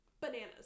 bananas